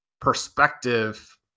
perspective